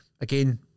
Again